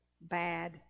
bad